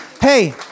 Hey